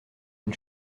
une